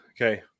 Okay